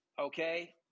Okay